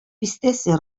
бистәсе